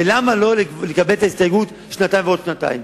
ולמה לא לקבל את ההסתייגות שנתיים ועוד שנתיים?